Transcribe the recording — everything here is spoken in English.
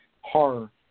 horror